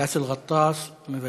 באסל גטאס, מוותר,